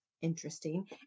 interesting